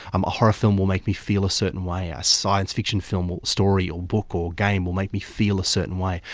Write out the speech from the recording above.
um a horror film will make me feel a certain way, a science fiction film or story or book or game will make me feel a certain way,